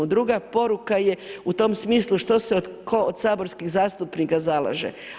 Druga poruka je u tom smislu što se tko od saborskih zastupnika zalaže.